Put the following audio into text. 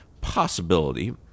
possibility